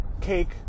cake